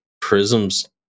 prisms